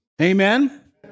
Amen